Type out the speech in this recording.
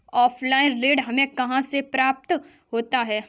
Offline ऋण हमें कहां से प्राप्त होता है?